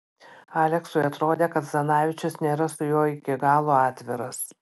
aleksui atrodė kad zdanavičius nėra su juo iki galo atviras